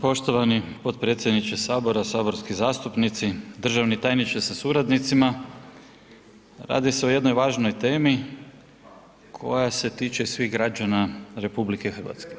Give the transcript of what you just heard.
Poštovani potpredsjedniče HS, saborski zastupnici, državni tajniče sa suradnicima, radi se o jednoj važnoj temi koja se tiče svih građana RH.